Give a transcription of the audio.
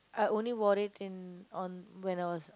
I only wore it in on when I was